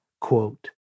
quote